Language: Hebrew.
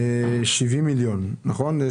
נכון,